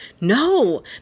No